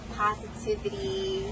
positivity